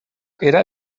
era